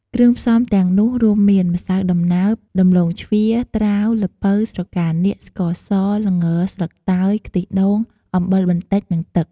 គ្រឿងផ្សំទាំងនោះរួមមាន ម្សៅដំណើប ដំឡូងជ្វា ត្រាវ ល្ពៅ ស្រកានាគ ស្ករស ល្ង ស្លឹកតើយ ខ្ទិះដូង អំបិលបន្តិច និងទឹក។